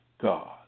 God